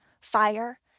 fire